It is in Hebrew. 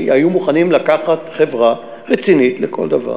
שהיו מוכנים לקחת חברה רצינית לכל דבר